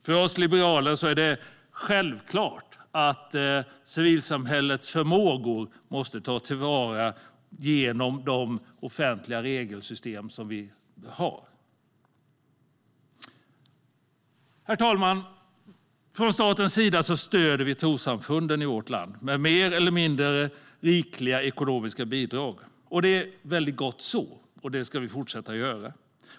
För oss liberaler är det självklart att civilsamhällets förmågor måste tas till vara genom de offentliga regelsystem som vi har. Herr talman! Från statens sida stöder vi trossamfunden i vårt land med mer eller mindre rikliga ekonomiska bidrag. Det är gott så, och det ska vi fortsätta göra.